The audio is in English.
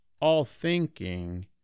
all-thinking